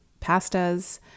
pastas